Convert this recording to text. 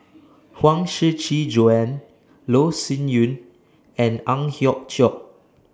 Huang Shiqi Joan Loh Sin Yun and Ang Hiong Chiok